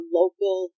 local